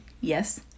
yes